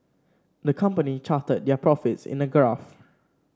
the company charted their profits in a graph